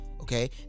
Okay